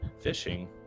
Fishing